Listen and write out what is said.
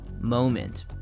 moment